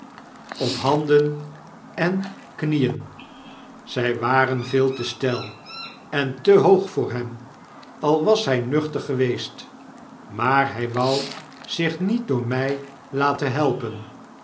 op handen en knieen zy waren veel te steil en te hoog voor hem al was hy nuchter geweest maar hij wou zich niet door my laten helpen